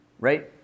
Right